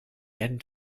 end